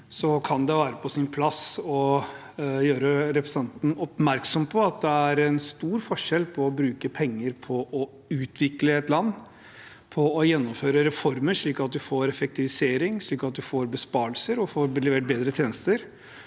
kan det være på sin plass å gjøre representanten oppmerksom på at det er stor forskjell på å bruke penger på å utvikle et land, på å gjennomføre reformer slik at man får effektivisering, slik at man får besparelser og får levert bedre tjenester,